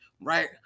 right